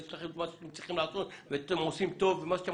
מה שאתם צריכים לעשות אתם עושים טוב ומה שאתם